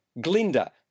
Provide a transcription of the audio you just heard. Glinda